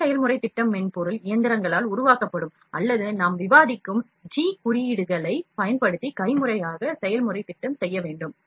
ஒரு செயல்முறைத் திட்டம் மென்பொருள் இயந்திரங்களால் உருவாக்கப்படும் அல்லது நாம் விவாதிக்கும் G குறியீடுகளைப் பயன்படுத்தி கைமுறையாக செயல்முறைத் திட்டம் செய்ய வேண்டும்